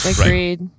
Agreed